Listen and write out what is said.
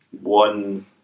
one